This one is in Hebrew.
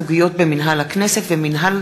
סוגיות במינהל הכנסת ומינהל